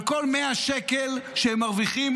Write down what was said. על כל 100 שקל שהם מרוויחים,